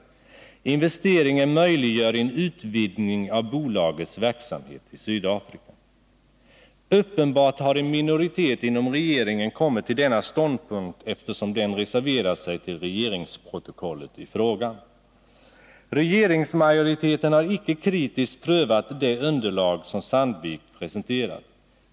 Investeringen möjliggör en utvidgning av bolagets verksamhet i Sydafrika. Uppenbart har en minoritet inom regeringen kommit till denna ståndpunkt eftersom den reserverat sig till regeringsprotokollet i frågan. Regeringsmajoriteten har icke kritiskt prövat det underlag som Sandvik presenterat.